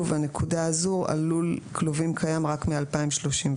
הנקודה הזו על לול כלובים קיים רק מ-2037.